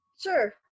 Sure